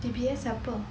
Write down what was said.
T_P_S siapa